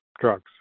drugs